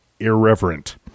irreverent